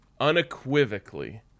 unequivocally